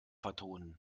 vertonen